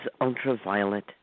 ultraviolet